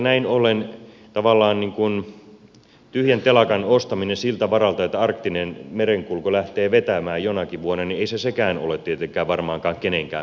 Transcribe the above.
näin ollen tavallaan tyhjän telakan ostaminen siltä varalta että arktinen merenkulku lähtee vetämään jonakin vuonna ei sekään ole tietenkään varmaankaan kenenkään meidän ajatuksissa